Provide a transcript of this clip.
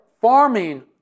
farming